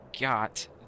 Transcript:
got